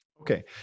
okay